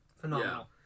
phenomenal